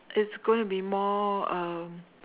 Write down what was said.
it's going to be more um